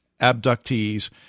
abductees